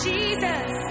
Jesus